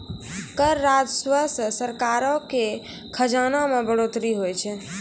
कर राजस्व से सरकारो के खजाना मे बढ़ोतरी होय छै